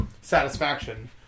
satisfaction